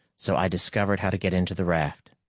so i discovered how to get into the raft.